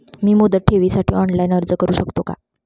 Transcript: मी मुदत ठेवीसाठी ऑनलाइन अर्ज करू शकतो का?